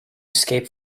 escape